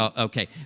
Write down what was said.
ah okay.